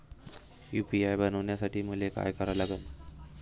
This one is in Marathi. यू.पी.आय बनवासाठी मले काय करा लागन?